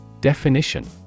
Definition